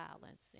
violence